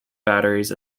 batteries